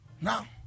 now